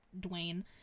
Dwayne